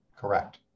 correct